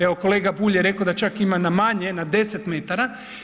Evo kolega Bulj je rekao da čak ima na manje, na 10 metara.